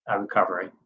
recovery